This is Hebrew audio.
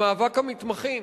במאבק המתמחים.